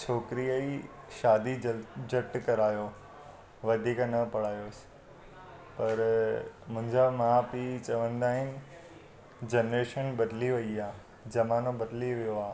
छोकिरीअ जी शादी जल झट करायो वधीक न पढ़ायोसि पर मुंहिंजा माउ पीउ चवंदा आहिनि जनरेशन बदिली वई आहे ज़मानो बदिली वियो आहे